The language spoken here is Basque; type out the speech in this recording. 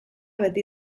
beti